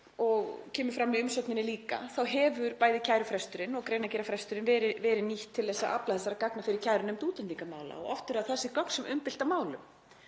og kemur fram í umsögninni líka hafa bæði kærufresturinn og greinargerðarfresturinn verið nýttir til að afla þessara gagna fyrir kærunefnd útlendingamála og oft eru það þessi gögn sem umbylta málum.